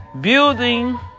Building